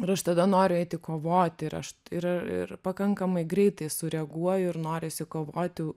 ir aš tada noriu eiti kovoti ir aš ir ir pakankamai greitai sureaguoju ir noriu išsikovoti